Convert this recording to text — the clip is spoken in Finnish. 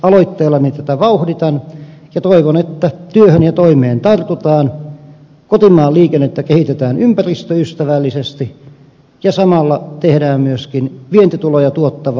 aloitteellani tätä vauhditan ja toivon että työhön ja toimeen tartutaan kotimaan liikennettä kehitetään ympäristöystävällisesti ja samalla tehdään myöskin vientituloja tuottavia laivateollisuuden tuotteita